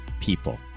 people